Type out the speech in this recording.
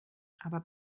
aber